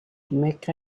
mecca